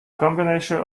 combination